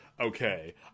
okay